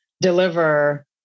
deliver